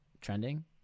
trending